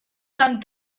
tan